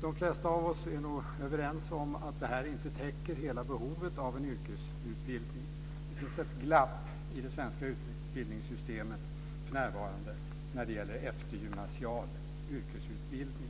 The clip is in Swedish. De flesta av oss är överens om att detta inte täcker hela behovet av en yrkesutbildning. Det finns ett glapp i det svenska utbildningssystemet för närvarande när det gäller eftergymnasial yrkesutbildning.